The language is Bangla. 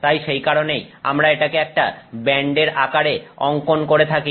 তাই সেই কারণেই আমরা এটাকে একটা ব্যান্ডের আকারে অংকন করে থাকি